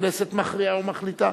הכנסת מכריעה ומחליטה.